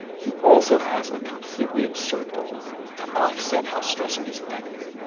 he also has a completely absurd goal to offset how stress inducing that can be.